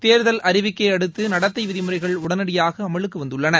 தேர்தல் அறிவிக்கையை அடுத்து நடத்தை விதிமுறைகள் உடனடியாக அமலுக்கு வந்துள்ளன